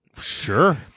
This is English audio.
Sure